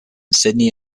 sydney